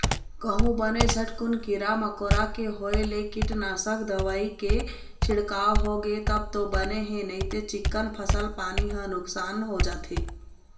कहूँ बने झटकुन कीरा मकोरा के होय ले कीटनासक दवई के छिड़काव होगे तब तो बने हे नइते चिक्कन फसल पानी ह नुकसान हो जाथे